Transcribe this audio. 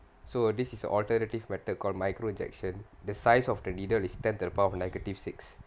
so this is an alternative method called micro injection the size of the needle is ten to the power of negative six